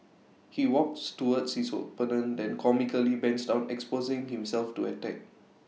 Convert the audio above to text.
he walks towards his opponent then comically bends down exposing himself to attack